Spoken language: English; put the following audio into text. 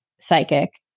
psychic